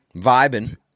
vibing